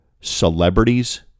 celebrities